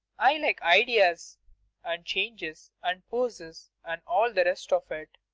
i like ideas and changes and poses and all the rest of it.